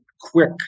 quick